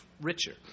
richer